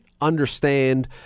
understand